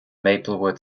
maplewood